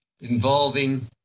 involving